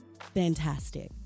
fantastic